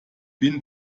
bin